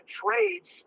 trades